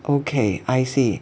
okay I see